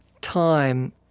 Time